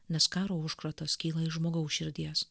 nes karo užkratas kyla iš žmogaus širdies